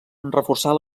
reforçar